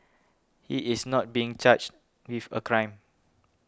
he is not being charged with a crime